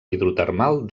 hidrotermal